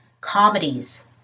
comedies